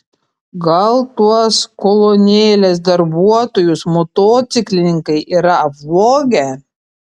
gal tuos kolonėlės darbuotojus motociklininkai yra apvogę